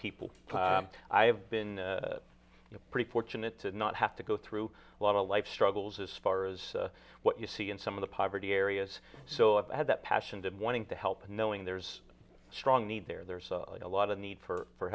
people i have been pretty fortunate to not have to go through a lot of life's struggles as far as what you see in some of the poverty areas so i had that passion that wanting to help and knowing there's a strong need there there's a lot of need for